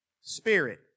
Spirit